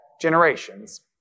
generations